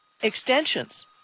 extensions